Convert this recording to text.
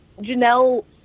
Janelle